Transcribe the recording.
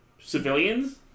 civilians